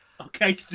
Okay